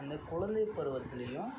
அந்த குழந்தை பருவத்துலையும்